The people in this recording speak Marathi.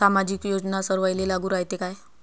सामाजिक योजना सर्वाईले लागू रायते काय?